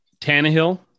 Tannehill